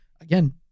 Again